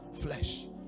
Flesh